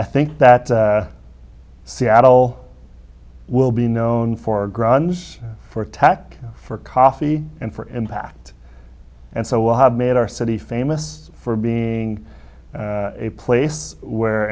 i think that seattle will be known for grunge for attack for coffee and for impact and so we'll have made our city famous for being a place where